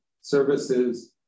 services